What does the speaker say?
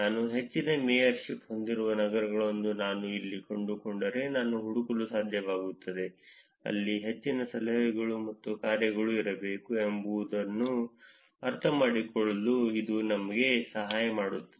ನಾನು ಹೆಚ್ಚಿನ ಮೇಯರ್ಶಿಪ್ ಹೊಂದಿರುವ ನಗರಗಳನ್ನು ನಾನು ಎಲ್ಲಿ ಕಂಡುಕೊಂಡರೆ ನಾನು ಹುಡುಕಲು ಸಾಧ್ಯವಾಗುತ್ತದೆ ಅಲ್ಲಿ ಹೆಚ್ಚಿನ ಸಲಹೆಗಳು ಮತ್ತು ಕಾರ್ಯಗಳು ಇರಬೇಕು ಎಂಬುದನ್ನು ಅರ್ಥಮಾಡಿಕೊಳ್ಳಲು ಇದು ನಮಗೆ ಸಹಾಯ ಮಾಡುತ್ತಿದೆ